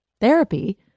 Therapy